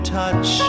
touch